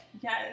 Yes